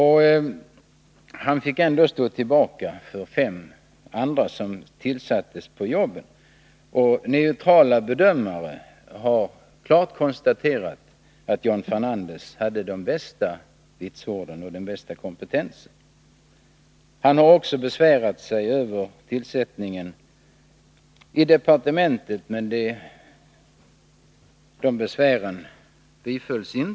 Han fick stå tillbaka för fem andra, som fick jobbet. Neutrala bedömare har klart konstaterat att John Fernandez hade de bästa vitsorden och den bästa kompetensen. Han besvärade sig över tillsättningen i departementet, men besvären bifölls inte.